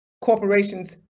corporations